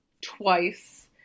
twice